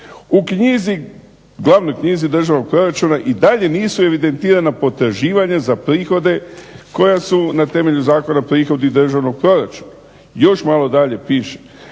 "U glavnoj knjizi državnog proračuna i dalje nisu evidentirana potraživanja za prihode koja su na temelju Zakona o prihoda i državnog proračuna". Još malo dalje piše